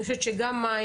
אני חושבת שגם מים,